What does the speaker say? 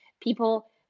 people